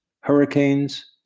hurricanes